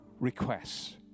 requests